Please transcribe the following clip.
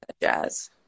jazz